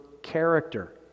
character